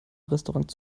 restaurant